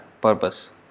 purpose